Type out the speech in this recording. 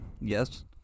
Yes